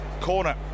corner